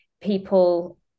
people